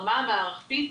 מהבחינה המערכתית,